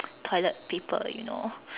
toilet paper you know